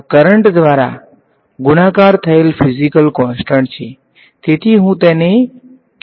આ કરંટ દ્વારા ગુણાકાર થયેલ ફીઝીકલ કોન્સસ્ટંટ છે તેથી હું તેને Q કહીશ